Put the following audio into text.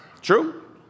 True